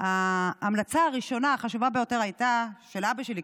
ההמלצה הראשונה החשובה ביותר הייתה של אבא שלי,